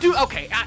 Okay